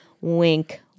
Wink